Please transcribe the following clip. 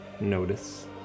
notice